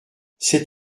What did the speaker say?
c’est